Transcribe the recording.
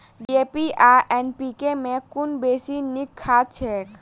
DAP आ NPK मे कुन बेसी नीक खाद छैक?